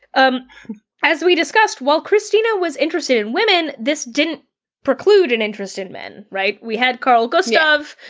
um as we discussed, while kristina was interested in women, this didn't preclude an interest in men, right? we had karl gustav.